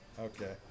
Okay